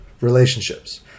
relationships